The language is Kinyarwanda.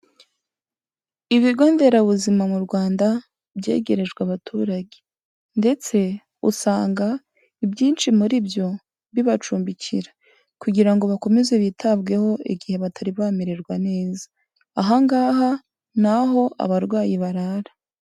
Ibigo nderabuzima mu rwanda byegerejwe abaturage ndetse usanga ibyinshi muri byo bibacumbikira kugira ngo bakomeze bitabweho igihe batari bamererwa neza, aha ngaha ni aho abarwayi barara.